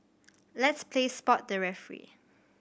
let's play spot the referee